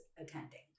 attending